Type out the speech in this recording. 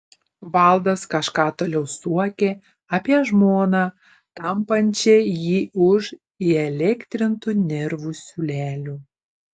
valdas kažką toliau suokė apie žmoną tampančią jį už įelektrintų nervų siūlelių